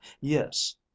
Yes